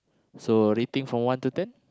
so rating from one to ten